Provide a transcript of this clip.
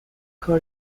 کار